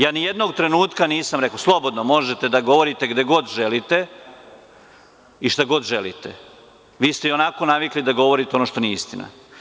Ja nijednog trenutka nisam rekao, slobodno možete da govorite gde god želite i šta god želite, vi ste ionako navikli da govorite ono što nije istina.